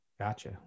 Gotcha